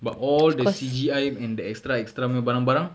but all the C_G_I and the extra extra punya barang-barang